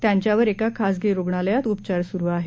त्यांच्यावर एका खासगी रुग्णालयात उपचार सुरू आहेत